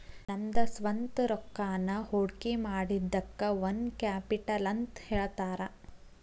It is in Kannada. ನಮ್ದ ಸ್ವಂತ್ ರೊಕ್ಕಾನ ಹೊಡ್ಕಿಮಾಡಿದಕ್ಕ ಓನ್ ಕ್ಯಾಪಿಟಲ್ ಅಂತ್ ಹೇಳ್ತಾರ